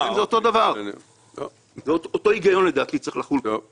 אותו הגיון צריך לחול כאן לדעתי.